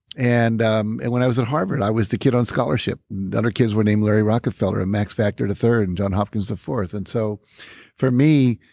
and um and when i was at harvard, i was the kid on scholarship. the other kids were named larry rockefeller, ah max factor the third, and john hopkins the fourth and so for me,